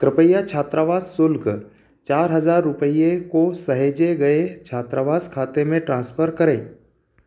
कृपया छात्रावास शुल्क चार हज़ार रुपये को सहेजे गए छात्रावास खाते में ट्रांसफ़र करें